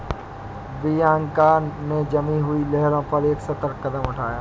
Bianca ने जमी हुई लहरों पर एक सतर्क कदम उठाया